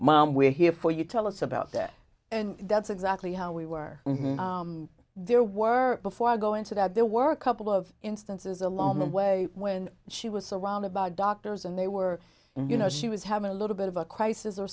mom we're here for you tell us about that and that's exactly how we were there were before i go into that there were a couple of instances along the way when she was surrounded by doctors and they were you know she was having a little bit of a crisis or